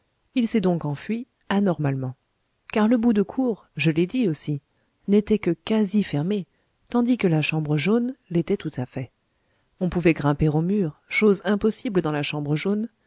il s'est donc enfui anormalement car le bout de cour je l'ai dit aussi n'était que quasi fermé tandis que la chambre jaune l'était tout à fait on pouvait grimper au mur chose impossible dans la chambre jaune